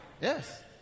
Yes